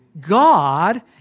God